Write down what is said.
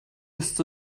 ist